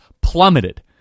plummeted